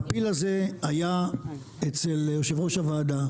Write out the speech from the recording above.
והפיל הזה היה אצל יושב ראש הוועדה,